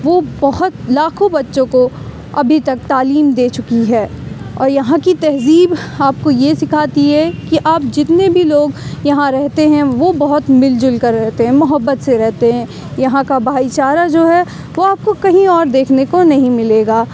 وہ بہت لاکھوں بچوں کو ابھی تک تعلیم دے چکی ہے اور یہاں کی تہذیب آپ کو یہ سکھاتی ہے کہ آپ جتنے بھی لوگ یہاں رہتے ہیں وہ بہت مل جل کر رہتے ہیں محبت سے رہتے ہیں یہاں کا بھائی چارہ جو ہے وہ آپ کو کہیں اور دیکھنے کو نہیں ملے گا